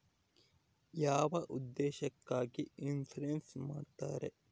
ಯಾವ ಉದ್ದೇಶಕ್ಕಾಗಿ ಇನ್ಸುರೆನ್ಸ್ ಮಾಡ್ತಾರೆ?